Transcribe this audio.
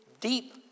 deep